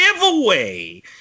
giveaway